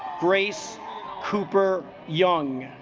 grace cooper young